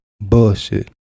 bullshit